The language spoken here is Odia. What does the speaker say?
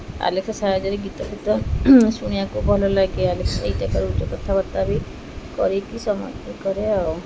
ଆଲେକ୍ସା ସାହାଯ୍ୟରେ ଗୀତ ଫିତ ଶୁଣିବାକୁ ଭଲ ଲାଗେ ଆଲେକ୍ସା ଏଇଟା କର କଥାବାର୍ତ୍ତା ବି କରିକି ସମାପ୍ତ କରେ ଆଉ